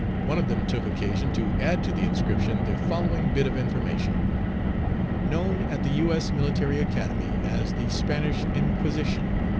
one of them took occasion to add to the inscription the following bit of information known at the u. s. military academy as the spanish inquisition